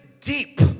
deep